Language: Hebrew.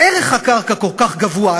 ערך הקרקע כל כך גבוה,